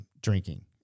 drinking